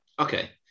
Okay